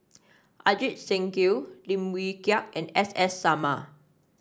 Ajit Singh Gill Lim Wee Kiak and S S Sarma